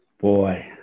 Boy